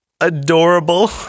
Adorable